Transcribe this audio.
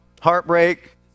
Heartbreak